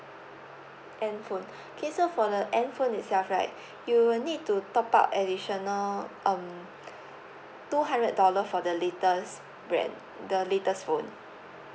N phone okay so for the N phone itself right like you will need to top up additional um two hundred dollar for the latest brand the latest phone